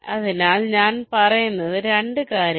അതിനാൽ ഞാൻ പറയുന്നത് 2 കാര്യങ്ങൾ